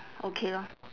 okay lor